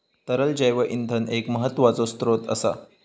तरल जैव इंधन एक महत्त्वाचो स्त्रोत असा